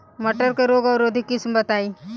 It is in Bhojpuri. मटर के रोग अवरोधी किस्म बताई?